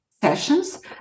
sessions